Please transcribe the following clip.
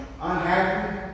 unhappy